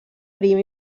prim